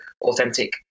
authentic